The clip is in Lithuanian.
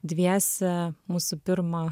dviese mūsų pirmą